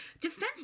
defense